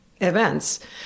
events